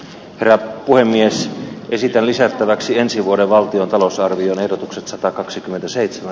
raakkui mies esittää lisättäväksi ensi vuoden valtion talousarvion ehdotukset satakaksikymmentäseitsemän